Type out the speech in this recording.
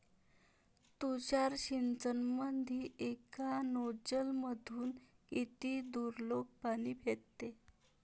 तुषार सिंचनमंदी एका नोजल मधून किती दुरलोक पाणी फेकते?